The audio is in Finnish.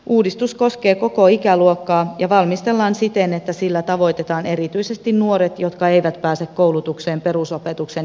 uudistus koskee koko ikäluokkaa ja valmistellaan siten että sillä tavoitetaan erityisesti nuoret jotka eivät pääse koulutukseen perusopetuksen jälkeen